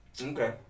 Okay